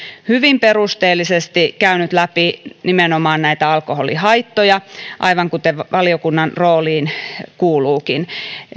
hyvin perusteellisesti käynyt läpi nimenomaan näitä alkoholihaittoja aivan kuten valiokunnan rooliin kuuluukin